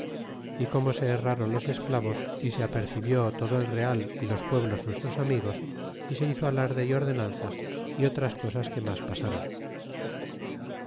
y como se herraron los esclavos y se apercebió todo el real y los pueblos nuestros amigos y se hizo alardq y ordenanzas y otras cosas que mas pasaron